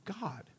God